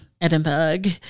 edinburgh